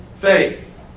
faith